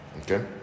Okay